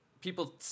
People